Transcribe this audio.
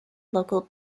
local